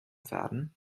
werden